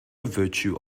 virtue